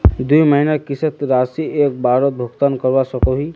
दुई महीनार किस्त राशि एक बारोत भुगतान करवा सकोहो ही?